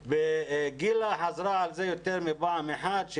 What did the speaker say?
גילה חזרה על זה יותר מפעם אחת,